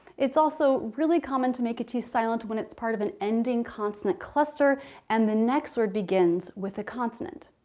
it's also really common to make a t silent when it's part of an ending consonant cluster and the next word begins with a consonant.